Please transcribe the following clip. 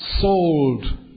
sold